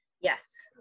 Yes